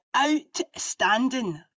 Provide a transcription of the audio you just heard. outstanding